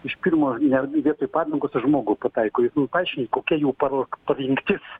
iš pirmo ne vietoj padangos žmogui pataiko jūs man paaiškinkit kokia jų paro parengtis